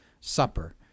Supper